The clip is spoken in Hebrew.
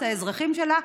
את האזרחים שלה,